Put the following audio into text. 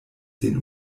den